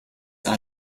are